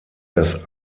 das